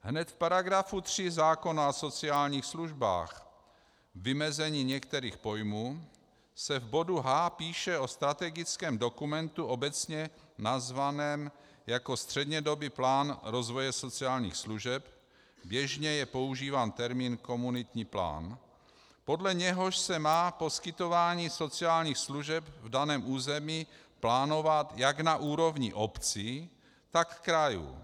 Hned v § 3 zákona o sociálních službách vymezení některých pojmů se v bodu h) píše o strategickém dokumentu obecně nazvaném jako střednědobý plán rozvoje sociálních služeb, běžně je používán termín komunitní plán, podle něhož se má poskytování sociálních služeb v daném území plánovat jak na úrovni obcí, tak krajů.